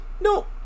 no